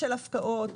של הפקעות,